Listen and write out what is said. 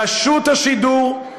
רשות השידור,